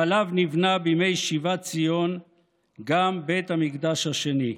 ועליו נבנה בימי שיבת ציון גם בית המקדש השני.